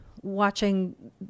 watching